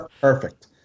perfect